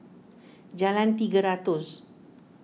Jalan Tiga Ratus